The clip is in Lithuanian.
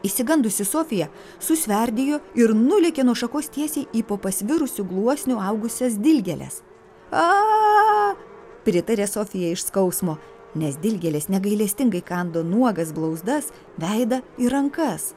išsigandusi sofija susverdėjo ir nulėkė nuo šakos tiesiai į po pasvirusiu gluosniu augusias dilgėles a pritarė sofija iš skausmo nes dilgėlės negailestingai kando nuogas blauzdas veidą ir rankas